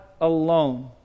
alone